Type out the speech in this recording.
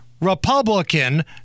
Republican